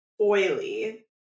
oily